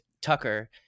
Tucker